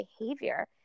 behavior